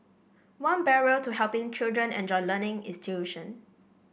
one barrier to helping children enjoy learning is tuition